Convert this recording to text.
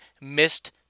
missed